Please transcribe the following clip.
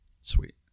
Sweet